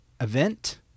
event